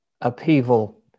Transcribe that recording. upheaval